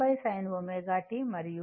sin ω t మరియు ఇది i